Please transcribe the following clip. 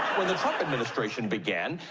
when the trump administration began,